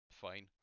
fine